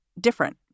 different